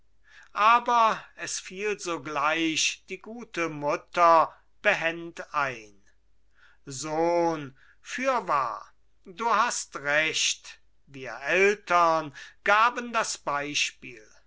aber es fiel sogleich die gute mutter behend ein sohn fürwahr du hast recht wir eltern gaben das beispiel